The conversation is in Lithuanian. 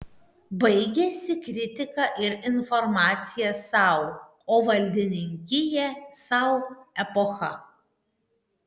baigėsi kritika ir informacija sau o valdininkija sau epocha